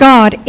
God